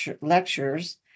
lectures